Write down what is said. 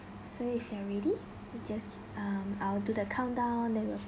so if you are ready you just um I will do the count down then we will